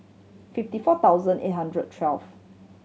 fifty four thousand eight hundred twelve